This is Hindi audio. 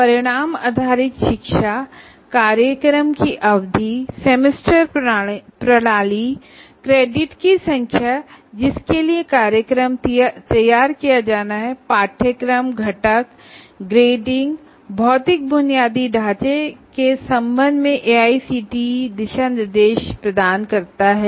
आउटकम बेस्ड एजुकेशन प्रोग्राम की अवधि सेमेस्टर प्रणाली क्रेडिट की संख्या जिसके लिए कार्यक्रम तैयार किया जाना है पाठ्यक्रम घटक ग्रेडिंग और भौतिक बुनियादी ढांचे के संबंध में एआईसीटीई दिशानिर्देश प्रदान करता है